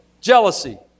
jealousy